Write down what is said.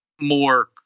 more